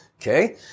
okay